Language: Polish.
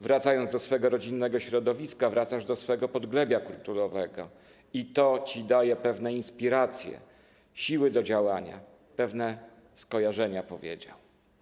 Wracając do swego rodzinnego środowiska, wracasz do swego podglebia kulturowego i to ci daje pewne inspiracje, siły do działania, pewne skojarzenia - powiedział.